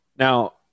Now